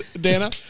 Dana